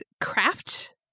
craft